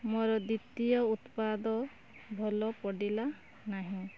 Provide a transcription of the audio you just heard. ମୋର ଦ୍ବିତୀୟ ଉତ୍ପାଦ ଭଲ ପଡ଼ିଲା ନାହିଁ